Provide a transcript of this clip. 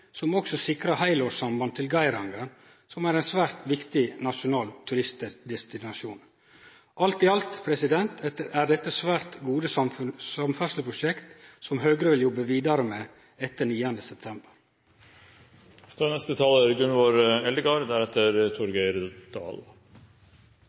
som også sikrar heilårssamband til Geiranger, som er ein svært viktig nasjonal turistdestinasjon. Alt i alt er dette svært god samferdsleprosjekt som Høgre vil jobbe vidare med etter 9. september. Nasjonal transportplan er